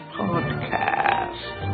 podcast